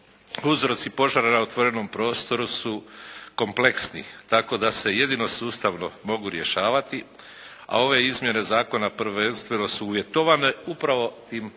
Uzroci požara na otvorenom prostoru su kompleksni, tako da se jedino sustavno mogu rješavati, a ove izmjene zakona prvenstveno su uvjetovane upravo tim požarima